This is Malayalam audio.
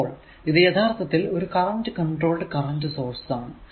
അപ്പോൾ ഇത് യഥാർത്ഥത്തിൽ ഒരു കറന്റ് കൺട്രോൾഡ് കറന്റ് സോഴ്സ് ആണ്